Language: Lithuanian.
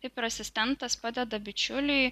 taip ir asistentas padeda bičiuliui